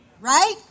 right